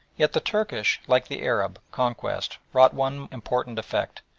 yet the turkish, like the arab, conquest wrought one important effect,